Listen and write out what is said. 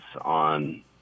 on